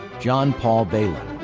john paul baylon.